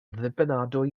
ddibynadwy